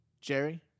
Jerry